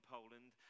Poland